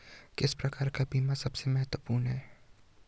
किस प्रकार का बीमा सबसे महत्वपूर्ण है?